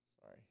Sorry